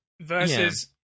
versus